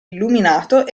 illuminato